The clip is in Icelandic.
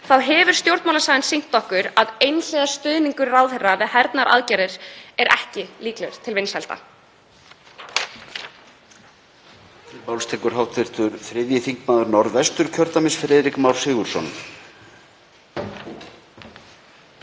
hefur stjórnmálasagan sýnt okkur að einhliða stuðningur ráðherra við hernaðaraðgerðir er ekki líklegur til vinsælda.